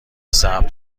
ثبت